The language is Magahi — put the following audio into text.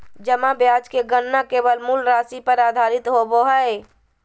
जमा ब्याज के गणना केवल मूल राशि पर आधारित होबो हइ